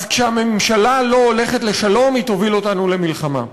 אז כשהממשלה לא הולכת לשלום היא תוביל אותנו למלחמה.